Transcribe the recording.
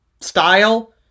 style